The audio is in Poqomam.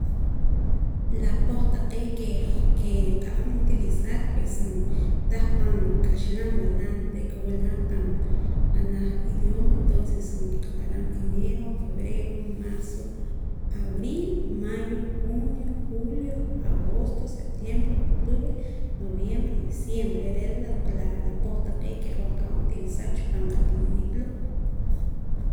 La poh taqee' ke nqa'an utilizar pues tah pan kaxlam verda re' aka wula pan janaj idioma entonces nqaq'aram pan enero febrero marzo abril mayo junio julio agosto septiembre octubre noviembre diciembre re' re' la poh taqee' ke hoj nqa'an utilizar chi paam qatinimiit loo'